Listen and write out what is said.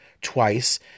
twice